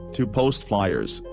to post fliers,